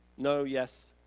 no, yes,